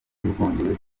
y’ubwongereza